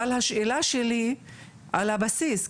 אבל השאלה שלי על הבסיס,